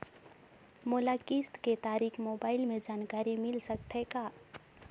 मोला किस्त के तारिक मोबाइल मे जानकारी मिल सकथे का?